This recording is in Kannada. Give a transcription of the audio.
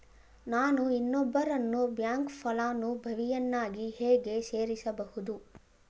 ನಾನು ಇನ್ನೊಬ್ಬರನ್ನು ಬ್ಯಾಂಕ್ ಫಲಾನುಭವಿಯನ್ನಾಗಿ ಹೇಗೆ ಸೇರಿಸಬಹುದು?